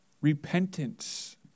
repentance